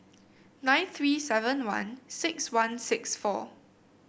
nine three seven one six one six four